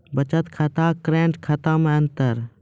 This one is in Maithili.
बचत खाता करेंट खाता मे अंतर?